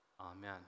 Amen